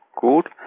good